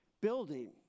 Building